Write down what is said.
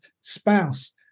spouse